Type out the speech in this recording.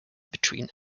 between